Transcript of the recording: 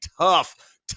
tough